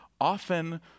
often